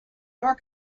your